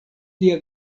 lia